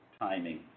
timing